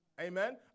Amen